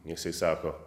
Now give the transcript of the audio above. jisai sako